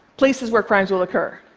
places where crimes will occur.